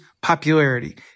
popularity